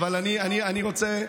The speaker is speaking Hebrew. אבל צריך,